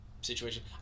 situation